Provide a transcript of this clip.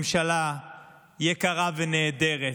ממשלה יקרה ונהדרת,